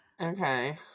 okay